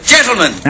Gentlemen